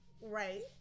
Right